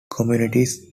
communities